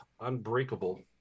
Unbreakable